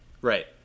Right